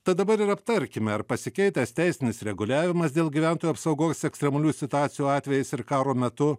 tad dabar ir aptarkime ar pasikeitęs teisinis reguliavimas dėl gyventojų apsaugos ekstremalių situacijų atvejais ir karo metu